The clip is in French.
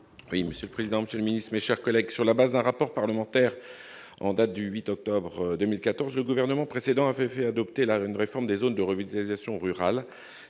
Oui, Monsieur le président, Monsieur le Ministre, mes chers collègues, sur la base d'un rapport parlementaire, en date du 8 octobre 2014 le gouvernement précédent avait fait adopter l'art une réforme des zones de revitalisation rurale